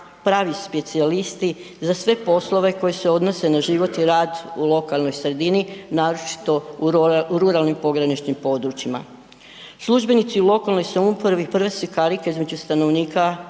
pravi specijalisti za sve poslove koji se odnose na život i rad u lokalnoj sredini, naročito u ruralnim pograničnim područjima. Službenici u lokalnoj samoupravi prve su karike između stanovnika